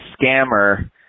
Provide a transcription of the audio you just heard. scammer